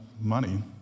money